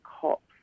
cops